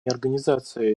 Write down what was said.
организации